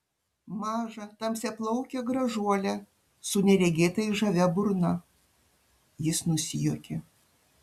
mažą tamsiaplaukę gražuolę su neregėtai žavia burna jis nusijuokė